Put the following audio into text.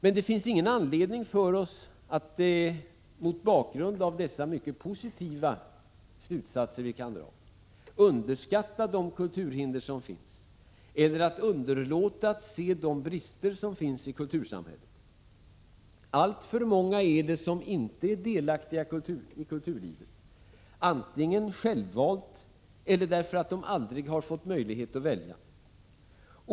Men det finns ingen anledning för oss att mot bakgrund av dessa mycket positiva slutsatser underskatta de kulturhinder som finns eller att underlåta att se de brister som finns i kultursamhället. Alltför många är det som inte är delaktiga i kulturlivet, antingen självvalt eller därför att de aldrig har fått möjlighet att välja.